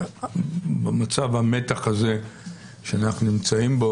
במצב המתח הזה שאנחנו נמצאים בו,